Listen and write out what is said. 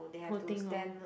poor thing lor